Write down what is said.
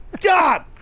God